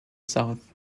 south